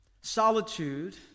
solitude